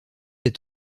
est